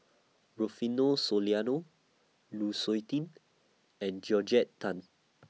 Rufino Soliano Lu Suitin and Georgette Tam